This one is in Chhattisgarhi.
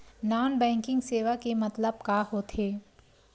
नॉन बैंकिंग सेवा के मतलब का होथे?